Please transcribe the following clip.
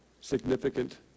significant